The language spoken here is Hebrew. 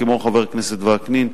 כמו חבר הכנסת וקנין,